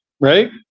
right